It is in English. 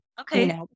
Okay